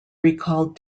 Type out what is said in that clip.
recalled